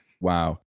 Wow